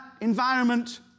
environment